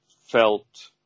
felt